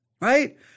right